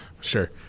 sure